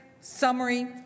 summary